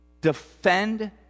defend